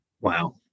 Wow